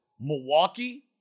Milwaukee